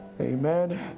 Amen